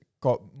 got